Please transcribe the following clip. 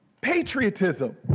patriotism